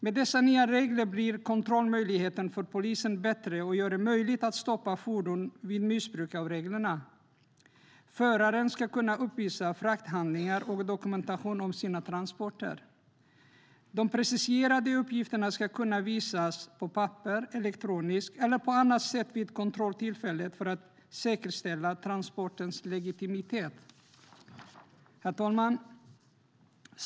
Med dessa nya regler blir kontrollmöjligheterna för polisen bättre, och det blir möjligt att stoppa fordon vid missbruk av reglerna. Föraren ska kunna uppvisa frakthandlingar och dokumentation om sina transporter. De preciserade uppgifterna ska kunna visas på papper, elektroniskt eller på annat sätt vid kontrolltillfället för att säkerställa transportens legitimitet. Herr talman!